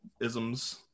isms